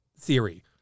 theory